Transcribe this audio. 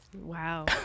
Wow